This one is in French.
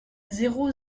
zéro